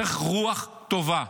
צריך רוח טובה.